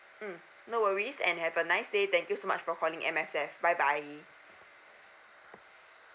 mm no worries and have a nice day thank you so much for calling M_S_F bye bye